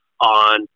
on